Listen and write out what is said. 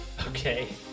Okay